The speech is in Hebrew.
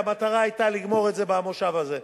והמטרה היתה לגמור את זה במושב הזה,